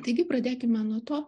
taigi pradėkime nuo to